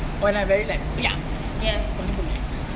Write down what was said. when I very like bia